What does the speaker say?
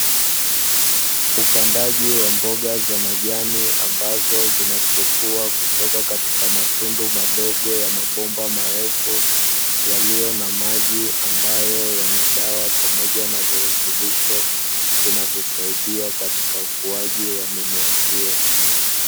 Upandaji wa mboga za majani, ambazo zinachipua kutoka katika matundu madogo ya mabomba marefu yaliyo na maji ambayo yana dawa pamoja na virutubisho, vinavyosaidia katika ukuaji wa mimea hiyo.